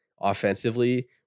offensively